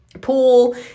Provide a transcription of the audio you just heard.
pool